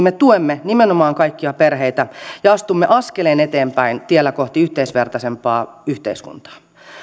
me tuemme nimenomaan kaikkia perheitä ja astumme askeleen eteenpäin tiellä kohti yhdenvertaisempaa yhteiskuntaa